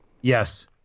Yes